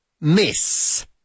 miss